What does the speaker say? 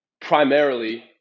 primarily